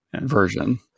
version